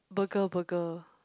burger burger